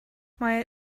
mae